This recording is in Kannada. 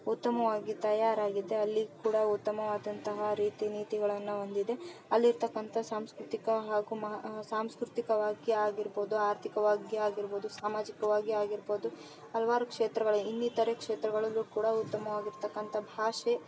ಉತ್ತಮವಾಗಿ ತಯಾರಾಗಿದೆ ಅಲ್ಲಿ ಕೂಡ ಉತ್ತಮವಾದಂತಹ ರೀತಿ ನೀತಿಗಳನ್ನ ಹೊಂದಿದೆ ಅಲ್ಲಿರ್ತಕ್ಕಂಥ ಸಾಂಸ್ಕೃತಿಕ ಹಾಗು ಮ ಸಾಂಸ್ಕೃತಿಕವಾಗಿ ಆಗಿರ್ಬೋದು ಅರ್ಥಿಕವಾಗಿ ಆಗಿರ್ಬೋದು ಸಾಮಾಜಿಕವಾಗಿ ಆಗಿರ್ಬೋದು ಹಲ್ವಾರು ಕ್ಷೇತ್ರಗಳು ಇನ್ನಿತರ ಕ್ಷೇತ್ರಗಳಲ್ಲೂ ಕೂಡ ಉತ್ತಮವಾಗಿರ್ತಕ್ಕಂಥ ಭಾಷೆ